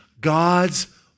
God's